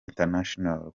international